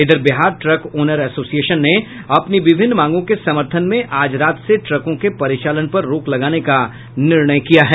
इधर Bihar truck owner association ने अपनी विभिन्न मांगों के समर्थन में आज रात से ट्रकों के परिचालन पर रोक लगाने का फैसला किया है